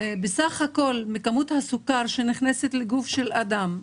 בסך הכול מכמות הסוכר שנכנסת לגוף של אדם,